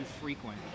frequent